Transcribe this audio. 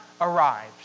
arrived